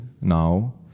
now